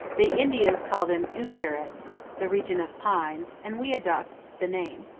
the indians call them uinkarets, the region of pines, and we adopt the name.